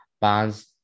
bonds